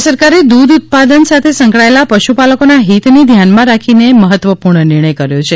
રાજ્યસરકારે દુધ ઉત્પાદન સાથે સંકળાયેલા પશુપાલકોના હિતને ધ્યાનમાં રાખીને મહત્વ પૂર્ણ નિર્ણય કર્યો છે